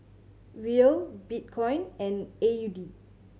Riel Bitcoin and A U D